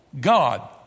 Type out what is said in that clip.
God